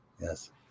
Yes